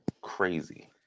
crazy